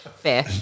fair